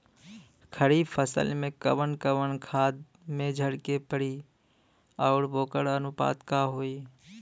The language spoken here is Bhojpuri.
खरीफ फसल में कवन कवन खाद्य मेझर के पड़ी अउर वोकर अनुपात का होई?